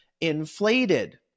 inflated